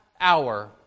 hour